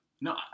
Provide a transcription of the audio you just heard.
No